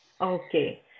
Okay